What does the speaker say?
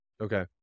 Okay